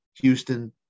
Houston